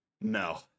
No